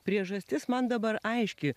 priežastis man dabar aiški